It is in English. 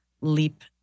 leap